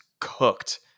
cooked